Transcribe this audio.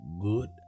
good